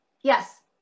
Yes